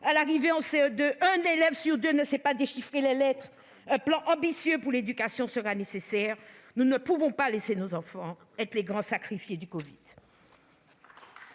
à l'arrivée en CE2, un élève sur deux ne sait pas déchiffrer les lettres ! Un plan ambitieux pour l'éducation sera nécessaire. Nous ne pouvons pas laisser nos enfants être les grands sacrifiés du covid.